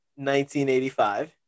1985